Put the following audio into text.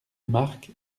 marc